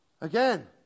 Again